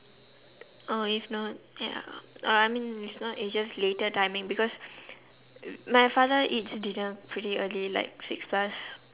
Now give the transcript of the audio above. oh if not yeah uh I mean it's not asia's later timing because my father eats dinner pretty early like six plus